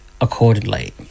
accordingly